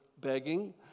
begging